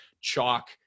chalk